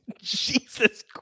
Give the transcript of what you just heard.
Jesus